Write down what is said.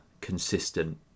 consistent